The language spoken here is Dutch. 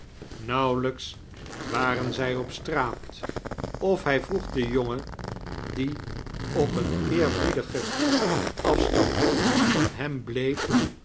nauwelijks waren zij op straat of hij vroeg den jongen die op een eerbiedikerstvertellingen gen afstand van hem bleef